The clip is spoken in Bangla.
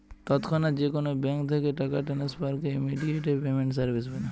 তৎক্ষনাৎ যে কোলো ব্যাংক থ্যাকে টাকা টেনেসফারকে ইমেডিয়াতে পেমেন্ট সার্ভিস ব্যলে